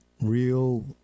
real